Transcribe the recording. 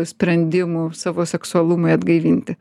sprendimų savo seksualumui atgaivinti